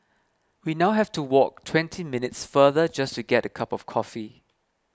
we now have to walk twenty minutes farther just to get a cup of coffee